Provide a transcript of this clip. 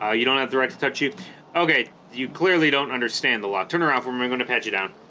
ah you don't have the right to touch you okay you clearly don't understand the law turn her off where am i gonna pat you down